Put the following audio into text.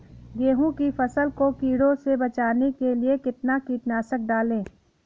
गेहूँ की फसल को कीड़ों से बचाने के लिए कितना कीटनाशक डालें?